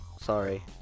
sorry